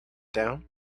down